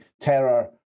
terror